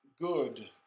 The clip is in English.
good